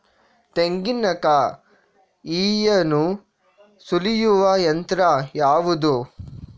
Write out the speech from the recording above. ತೆಂಗಿನಕಾಯಿಯನ್ನು ಸುಲಿಯುವ ಯಂತ್ರ ಯಾವುದು?